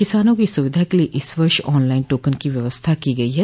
किसानों की सुविधा के लिये इस वर्ष ऑन लाइन टोकन की व्यवस्था की गई है